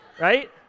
Right